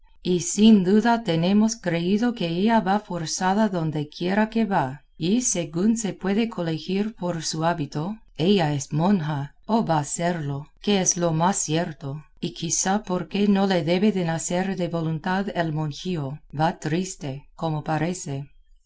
y sin duda tenemos creído que ella va forzada dondequiera que va y según se puede colegir por su hábito ella es monja o va a serlo que es lo más cierto y quizá porque no le debe de nacer de voluntad el monjío va triste como parece